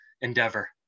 endeavor